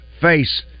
face